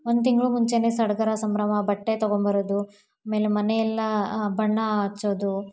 ಒಂದು ತಿಂಗಳು ಮುಂಚೆನೇ ಸಡಗರ ಸಂಭ್ರಮ ಬಟ್ಟೆ ತೊಗೊಂಡ್ಬರೋದು ಆಮೇಲೆ ಮನೆಯೆಲ್ಲ ಬಣ್ಣ ಹಚ್ಚೋದು